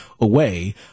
away